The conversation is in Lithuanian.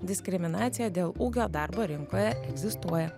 diskriminacija dėl ūgio darbo rinkoje egzistuoja